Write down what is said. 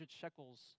shekels